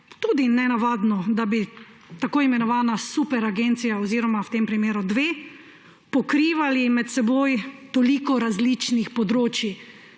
tudi nenavadno, da bi tako imenovana superagencija oziroma v tem primeru dve pokrivali med seboj toliko različnih področij.